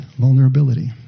vulnerability